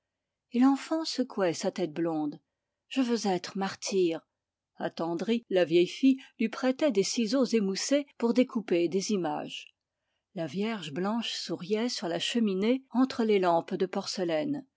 et l'enfant secouait sa tête blonde je veux être martyr attendrie la vieille fille lui prêtait des ciseaux émoussés pour découper des images la vierge blanche souriait sur la cheminée entre les lampes de porcelaine